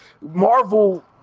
marvel